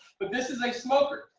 but this is a smoker.